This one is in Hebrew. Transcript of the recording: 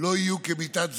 לא יהיו כמיטת סדום.